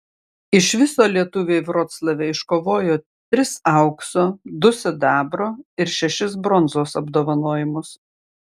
iš viso lietuviai vroclave iškovojo tris aukso du sidabro ir šešis bronzos apdovanojimus